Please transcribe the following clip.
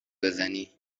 بزنی